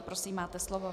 Prosím, máte slovo.